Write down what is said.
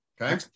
Okay